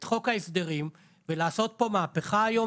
את חוק ההסדרים ולעשות פה מהפכה היום,